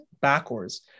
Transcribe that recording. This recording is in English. backwards